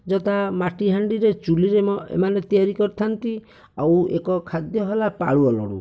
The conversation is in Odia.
ଯଥା ମାଟିହାଣ୍ଡିରେ ଚୁଲିରେ ଏମାନେ ତିଆରି କରିଥାନ୍ତି ଆଉ ଏକ ଖାଦ୍ୟ ହେଲା ପାଳୁଅ ଲଡ଼ୁ